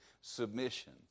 submission